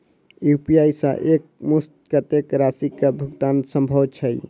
UPI सऽ एक मुस्त कत्तेक राशि कऽ भुगतान सम्भव छई?